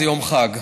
זה יום חג.